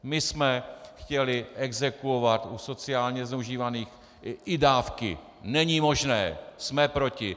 My jsme chtěli exekuovat u sociálně zneužívaných i dávky není možné, jsme proti!